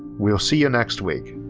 we'll see you next week!